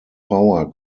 power